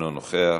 אינו נוכח,